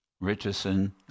Richardson